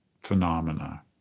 phenomena